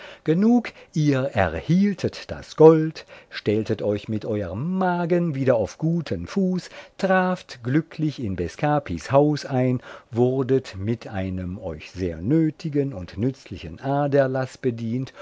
genug ihr erhieltet das gold stelltet euch mit euerm magen wieder auf guten fuß traft glücklich in bescapis haus ein wurdet mit einem euch sehr nötigen und nützlichen aderlaß bedient